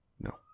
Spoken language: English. no